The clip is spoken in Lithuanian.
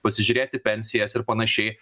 pasižiūrėti pensijas ir panašiai